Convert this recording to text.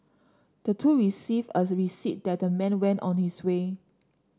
the two received as receipt and the man went on his way